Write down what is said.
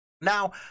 Now